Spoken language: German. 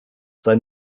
sei